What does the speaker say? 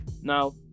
Now